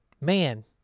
Man